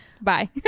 Bye